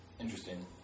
Interesting